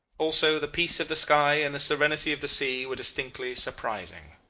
also the peace of the sky and the serenity of the sea were distinctly surprising.